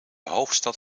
hoofdstad